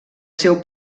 seu